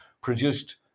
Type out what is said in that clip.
produced